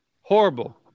horrible